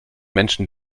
menschen